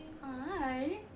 Hi